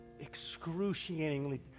excruciatingly